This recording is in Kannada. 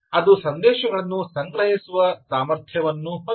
ಅದು ಸಂದೇಶಗಳನ್ನು ಸಂಗ್ರಹಿಸುವ ಸಾಮರ್ಥ್ಯವನ್ನು ಹೊಂದಿದೆ